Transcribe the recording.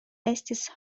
estis